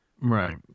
Right